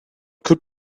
could